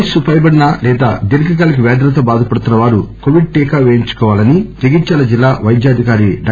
వయస్సు పైబడిన లేదా దీర్ఘకాలిక వ్యాధులతో బాధపడుతున్న వారు కోవిడ్ టీకా పేయించుకోవాలని జగిత్యాల జిల్లా పైద్యాధికారి డా